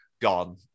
gone